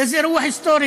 איזה אירוע היסטורי?